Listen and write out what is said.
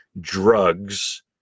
drugs